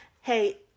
hey